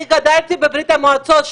אני גדלתי בברית המועצות,